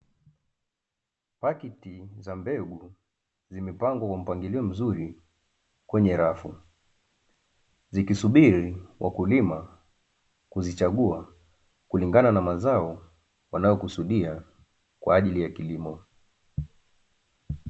Pakiti za mbegu zimepangwa kwa mpangilio mzuri kwenye rafu, zikisubiri wakulima kuzichagua, kulingana na mazao wanayokusudia kwa ajili ya kilimo.